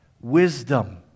wisdom